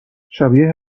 شبیه